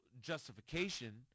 justification